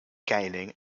gaining